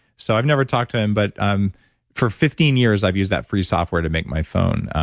so, i've never talked to him but um for fifteen years, i've used that free software to make my phone.